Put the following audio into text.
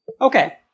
Okay